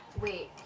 Wait